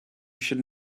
should